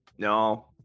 No